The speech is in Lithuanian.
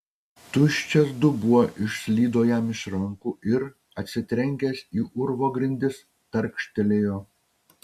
tuščias dubuo išslydo jam iš rankų ir atsitrenkęs į urvo grindis tarkštelėjo